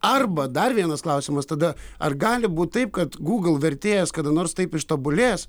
arba dar vienas klausimas tada ar gali būt taip kad gūgl vertėjas kada nors taip ištobulės